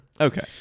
Okay